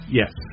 yes